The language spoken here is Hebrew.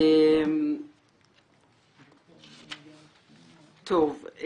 טוב,